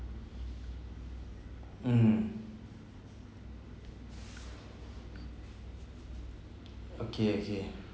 mm okay okay